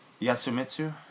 Yasumitsu